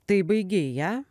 tai baigei ją